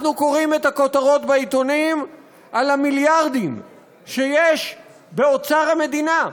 אנחנו קוראים את הכותרות בעיתונים על המיליארדים שיש באוצר המדינה,